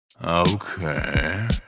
Okay